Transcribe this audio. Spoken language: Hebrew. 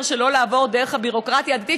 שלא לעבור דרך הביורוקרטיה הדתית,